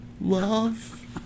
love